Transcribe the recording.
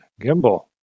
Gimbal